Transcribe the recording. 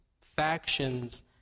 factions